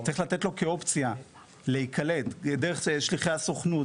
צריך לתת לו כאופציה להיקלט דרך שליחי הסוכנות,